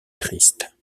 triste